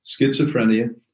schizophrenia